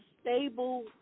stable